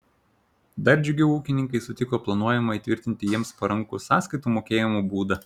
dar džiugiau ūkininkai sutiko planuojamą įtvirtinti jiems parankų sąskaitų mokėjimo būdą